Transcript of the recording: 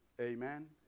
Amen